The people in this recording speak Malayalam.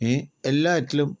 ഈ എല്ലാറ്റിലും